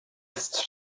ist